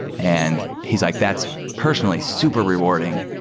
and he's like, that's personally super rewarding,